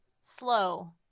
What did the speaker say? Slow